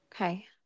Okay